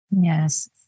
Yes